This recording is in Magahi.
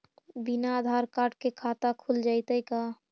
बिना आधार कार्ड के खाता खुल जइतै का?